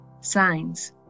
signs